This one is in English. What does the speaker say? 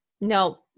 No